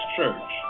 Church